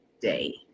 day